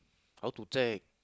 how to check